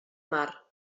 mar